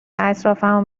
اطرافمو